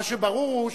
מה שברור הוא,